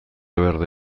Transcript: berde